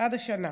עד השנה.